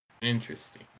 Interesting